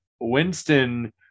Winston